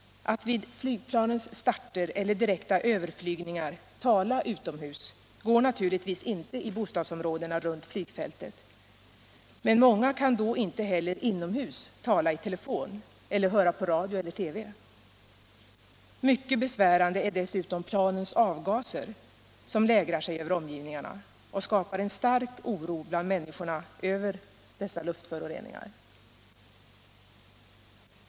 Att vid flygplanens starter eller direkta överflygningar tala utomhus går naturligtvis inte i bostadsområdena runt flygfältet, och många kan inte heller inomhus tala i telefon eller höra på radio eller TV. Mycket besvärande är dessutom planens avgaser som lägrar sig över omgivningarna och skapar en stark oro bland människorna för luftförorening.